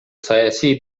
саясий